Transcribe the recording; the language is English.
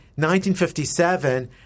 1957